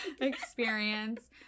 experience